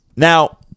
Now